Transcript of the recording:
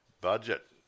budget